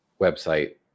website